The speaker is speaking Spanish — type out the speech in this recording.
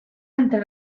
entre